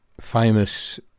famous